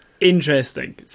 Interesting